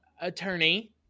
attorney